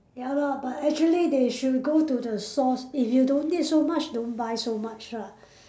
ya lor but actually they should go to the source if you don't need so much don't buy so much lah